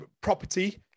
property